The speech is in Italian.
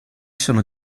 sono